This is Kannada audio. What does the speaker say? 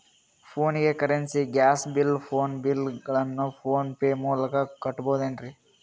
ಫೋನಿಗೆ currency, gas bill, phone bill ಗಳನ್ನು ಫೋನ್ ಪೇ ಮೂಲಕ ಕಟ್ಟಬಹುದೇನ್ರಿ?